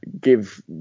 give